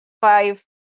five